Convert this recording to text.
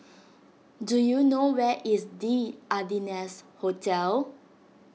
do you know where is the Ardennes Hotel